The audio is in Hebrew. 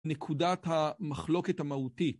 נקודת המחלוקת המהותית.